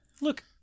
look